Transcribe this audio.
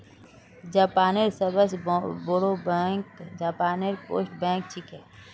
जापानेर सबस बोरो बैंक जापान पोस्ट बैंक छिके